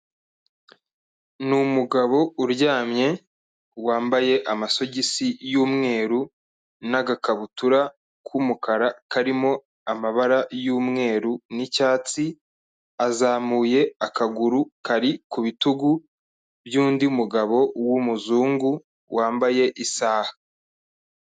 Ni umugabo uryamye wambaye amasogisi y'umweru n'agakabutura k'umukara karimo amabara y'umweru n'icyatsi, azamuye akaguru kari ku bitugu by'undi mugabo w'umuzungu wambaye isaha.